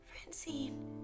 Francine